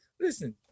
listen